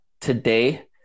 today